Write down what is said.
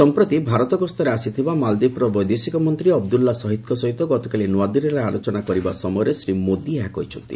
ସମ୍ପ୍ରତି ଭାରତ ଗସ୍ତରେ ଆସିଥିବା ମାଲଦୀପର ବୈଦେଶିକ ମନ୍ତ୍ରୀ ଅବଦୁଲ୍ଲା ଶହୀଦ୍ଙ୍କ ସହିତ ଗତକାଲି ନୂଆଦିଲ୍ଲୀରେ ଆଲୋଚନା କରିବା ଅବସରରେ ଶ୍ରୀ ମୋଦୀ ଏହା କହିଛନ୍ତି